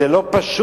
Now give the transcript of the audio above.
זה לא פשוט.